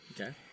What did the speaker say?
Okay